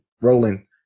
rolling